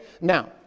Now